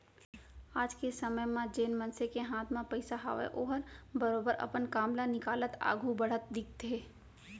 आज के समे म जेन मनसे के हाथ म पइसा हावय ओहर बरोबर अपन काम ल निकालत आघू बढ़त दिखथे